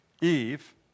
Eve